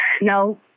No